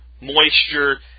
moisture